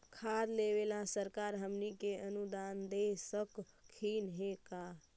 खाद लेबे सरकार हमनी के अनुदान दे सकखिन हे का?